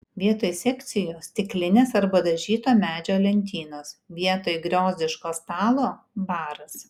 vietoj sekcijų stiklinės arba dažyto medžio lentynos vietoj griozdiško stalo baras